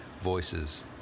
voices